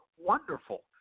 Wonderful